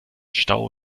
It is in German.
stau